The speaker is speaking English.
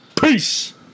Peace